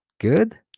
good